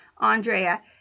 Andrea